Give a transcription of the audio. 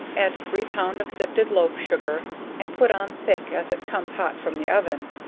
add three pound of sifted loaf sugar and put on thick, as it comes hot from the oven.